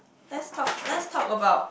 let's talk let's talk about